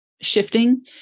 shifting